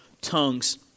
tongues